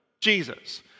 Jesus